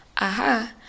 Aha